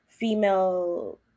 female